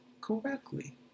correctly